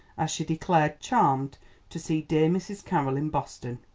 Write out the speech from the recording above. as she declared, charmed to see dear mrs. carroll in boston.